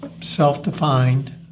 self-defined